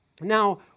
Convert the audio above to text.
Now